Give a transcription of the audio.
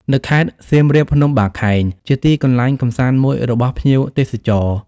នៅខេត្តសៀមរាប ភ្នំបាខែងជាទីកន្លែងកំសាន្តមួយរបស់ភ្ញៀវទេសចរ ។